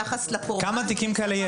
כמה תיקים כאלה יש?